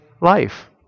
life